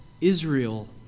Israel